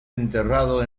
enterrado